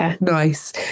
nice